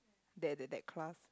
that that that class